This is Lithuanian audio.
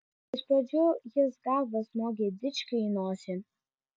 iš pradžių jis galva smogė dičkiui į nosį